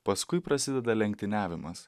paskui prasideda lenktyniavimas